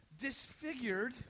disfigured